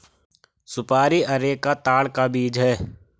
सुपारी अरेका ताड़ का बीज है